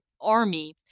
army